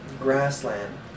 grassland